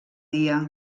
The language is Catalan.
dia